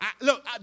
Look